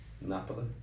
Napoli